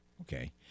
okay